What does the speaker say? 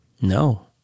No